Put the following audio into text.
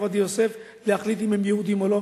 עובדיה יוסף להחליט אם הם יהודים או לא,